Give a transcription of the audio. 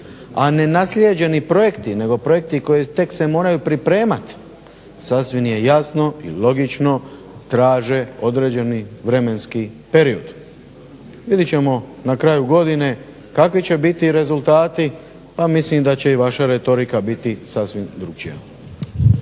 a ne naslijeđeni projekti nego projekti koji tek se moraju pripremat sasvim je jasno i logično traže određeni vremenski period. Vidjet ćemo na kraju godine kakvi će biti rezultati, pa mislim da će i vaša retorika biti sasvim drukčija.